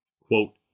Quote